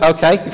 Okay